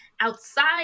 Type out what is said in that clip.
outside